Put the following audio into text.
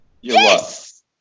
Yes